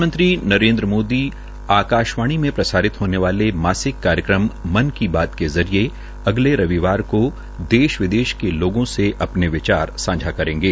प्रधानमंत्री नरेन्द्र मोदी आकाशवाणी में प्रसारित होने वाले मासिक कार्यक्रम मन की बात के जरिये अगले रविवार को देश और विदेश के लोगों से अपने विचार सांझा करेंगे